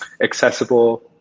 accessible